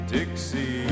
Dixie